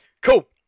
cool